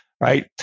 Right